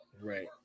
Right